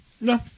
no